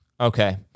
Okay